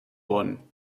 worden